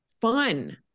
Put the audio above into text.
fun